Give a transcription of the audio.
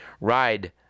ride